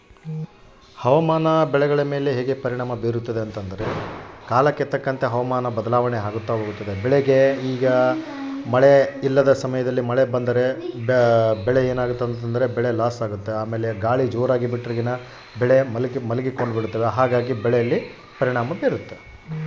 ಹವಾಮಾನ ಬೆಳೆಗಳ ಮೇಲೆ ಹೇಗೆ ಪರಿಣಾಮ ಬೇರುತ್ತೆ?